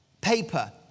paper